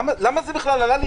למה זה עלה בכלל?